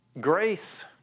grace